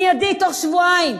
מיידי, תוך שבועיים.